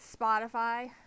Spotify